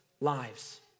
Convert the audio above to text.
lives